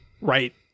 right